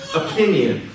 opinion